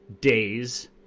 days